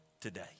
today